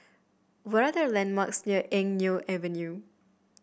what are the landmarks near Eng Neo Avenue